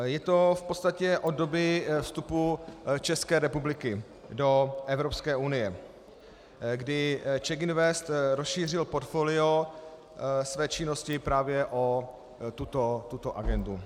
Je to v podstatě od doby vstupu České republiky do Evropské unie, kdy CzechInvest rozšířil portfolio své činnosti právě o tuto agendu.